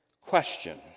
question